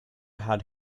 had